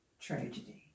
tragedy